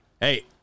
Hey